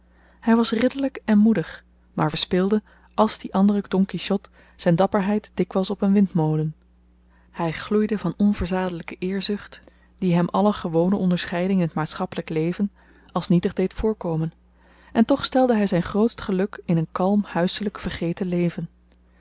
hy was ridderlyk en moedig maar verspilde als die andere don quichot zyn dapperheid dikwyls op een windmolen hy gloeide van onverzadelyke eerzucht die hem alle gewone onderscheiding in t maatschappelyk leven als nietig deed voorkomen en toch stelde hy zyn grootst geluk in een kalm huiselyk vergeten leven